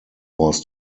was